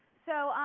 so,